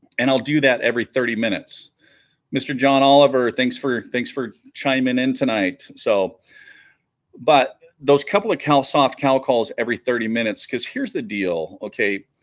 and i'll do that every thirty minutes mr. john oliver thanks for thanks for chiming in tonight so but those couple of cow soft cowl calls every thirty minutes cuz here's the deal okay